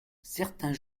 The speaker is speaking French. certain